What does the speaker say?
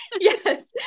Yes